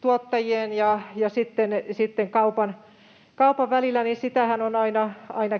tuottajien ja sitten kaupan välillä, on aina